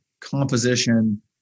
composition